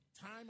Time